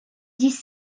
dix